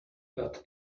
but